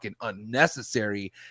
unnecessary